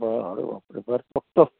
हो अरे बापरे बरं बघतो